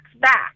back